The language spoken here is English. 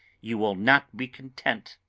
you will not be content,